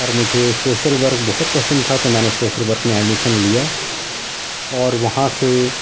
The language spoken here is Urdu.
اور مجھے سوشل ورک بہت پسند تھا تو میں نے سوشل ورک میں ایڈمیشن لیا اور وہاں سے